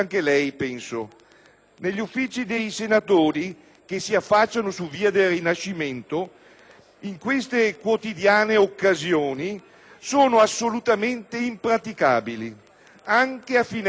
in queste quotidiane occasioni sono assolutamente impraticabili, anche a finestre chiuse, per il disturbo che viene arrecato all'operatività dell'ufficio.